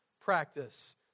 practice